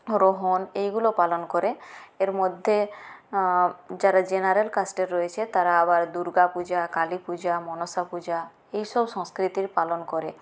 এগুলো পালন করে এর মধ্যে যারা জেনারেল কাস্টে রয়েছে তারা আবার দূর্গা পূজা কালীপূজা মনসা পূজা এইসব সংস্কৃতি পালন করে